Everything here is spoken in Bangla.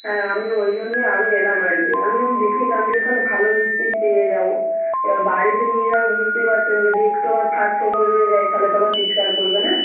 হ্যাঁ আমি ওই জন্যই আরও এলাম আর কি আমি ভাবলাম দেখি এখান দিয়েও তাহলে ভালো নিশ্চয়ই পেয়ে যাব এবার বাড়িতে নিয়ে যাব বুঝতেই পারছেন যদি একটু আবার ফাঁক ফোকর রয়ে যায় তাহলে তো আবার চিৎকার করবে না